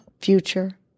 future